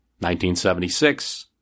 1976